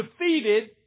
defeated